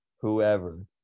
whoever